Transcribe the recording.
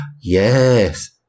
Yes